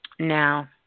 now